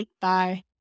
Bye